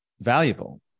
valuable